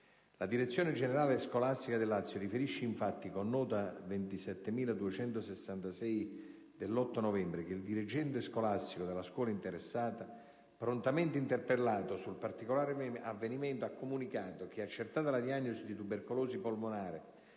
La direzione generale scolastica del Lazio riferisce infatti con nota n. 27266 dell'8 novembre, che il dirigente scolastico della scuola interessata, prontamente interpellato sul particolare avvenimento, ha comunicato che, accertata la diagnosi di tubercolosi polmonare